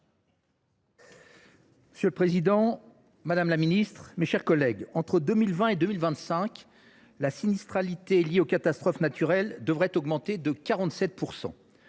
Monsieur le président, madame la ministre, mes chers collègues, entre 2020 et 2025, la sinistralité liée aux catastrophes naturelles devrait augmenter de 47 %.